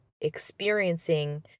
experiencing